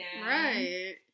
Right